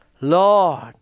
Lord